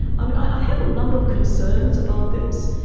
i have a number of concerns about this.